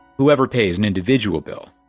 whoever pays an individual bill,